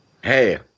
Hey